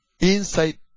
inside